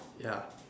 ya